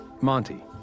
Monty